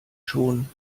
schon